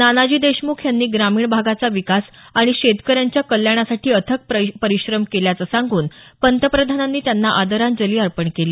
नानाजी देशमुख यांनी ग्रामीण भागाचा विकास आणि शेतकऱ्यांच्या कल्याणासाठी अथक परिश्रम केल्याचं सांगून पंतप्रधानांनी त्यांना आंदरांजली अर्पण केली